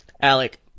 Alec